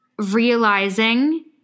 realizing